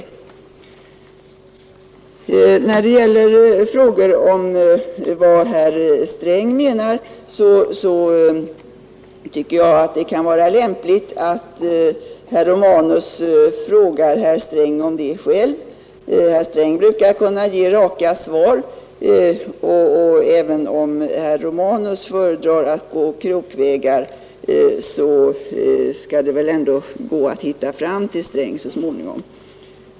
När det gäller frågor om vad herr Sträng menar tycker jag att det kan vara lämpligt att herr Romanus frågar herr Sträng själv. Han brukar kunna ge raka svar, och även om herr Romanus föredrar att gå krokvägar, skall det väl ändå gå att hitta fram till herr Sträng så småningom.